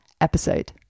episode